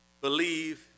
Believe